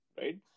right